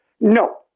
No